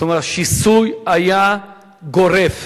זאת אומרת, השיסוי היה גורף.